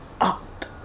up